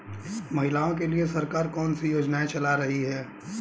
महिलाओं के लिए सरकार कौन सी योजनाएं चला रही है?